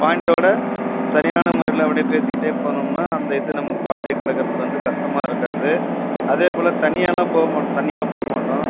பாயிண்டோட சரியான முறையில் அப்படியே பேசிக்கிட்டே போனோம்னா அந்த இது நமக்கு பாதையை கடக்கிறத்துக்கு வந்து கஷ்டமாக இருக்காது அதேபோல் தனியாகலாம் போகமாட் தனியாக போகமாட்டோம்